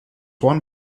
one